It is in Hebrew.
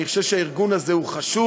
אני חושב שהארגון הזה חשוב.